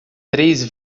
três